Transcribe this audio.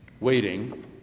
Waiting